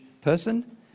person